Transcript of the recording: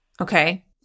okay